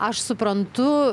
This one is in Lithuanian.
aš suprantu